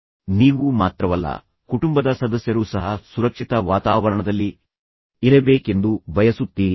ಆದ್ದರಿಂದ ನೀವು ಮಾತ್ರವಲ್ಲ ಕುಟುಂಬದ ಸದಸ್ಯರೂ ಸಹ ಸುರಕ್ಷಿತ ವಾತಾವರಣದಲ್ಲಿ ಇರಬೇಕೆಂದು ನೀವು ಬಯಸುತ್ತೀರಿ